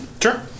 Sure